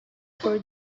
por